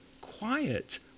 Quiet